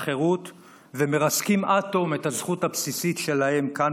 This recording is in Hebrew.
נוטלים מהם את החירות ומרסקים עד תום את הזכות הבסיסית שלהם כאן,